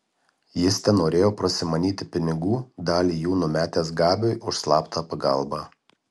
jis tenorėjo prasimanyti pinigų dalį jų numetęs gabiui už slaptą pagalbą